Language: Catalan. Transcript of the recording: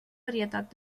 varietat